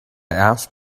asked